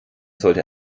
sollte